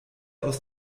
aus